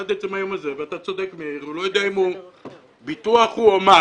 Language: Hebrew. אתה צודק, מאיר, הוא לא יודע אם הוא ביטוח או מס.